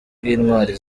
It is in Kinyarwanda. bw’intwaro